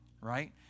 Right